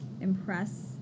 impress